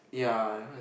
ya